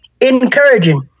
encouraging